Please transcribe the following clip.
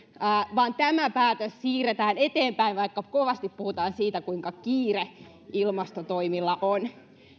vaan tämä päätös siirretään eteenpäin vaikka kovasti puhutaan siitä kuinka kiire ilmastotoimilla on